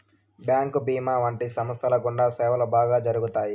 bank భీమా వంటి సంస్థల గుండా సేవలు బాగా జరుగుతాయి